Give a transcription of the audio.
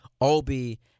Obi